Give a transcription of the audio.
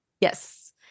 yes